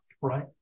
right